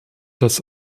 das